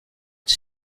its